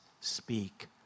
speak